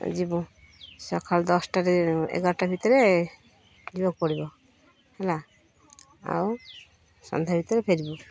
ଯିବୁ ସକାଳୁ ଦଶଟାରେ ଏଗାରଟା ଭିତରେ ଯିବାକୁ ପଡ଼ିବ ହେଲା ଆଉ ସନ୍ଧ୍ୟା ଭିତରେ ଫେରିବୁ